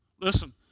Listen